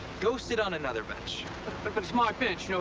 go sit on another bench. but but it's my bench. you know